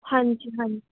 ਹਾਂਜੀ ਹਾਂਜੀ